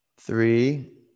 three